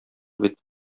бит